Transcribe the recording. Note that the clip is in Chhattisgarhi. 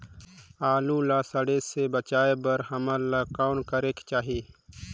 आलू ला सड़े से बचाये बर हमन ला कौन करेके चाही?